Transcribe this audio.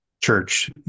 church